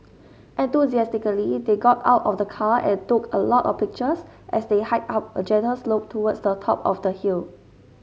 enthusiastically they got out of the car and took a lot of pictures as they hiked up a gentle slope towards the top of the hill